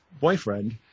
boyfriend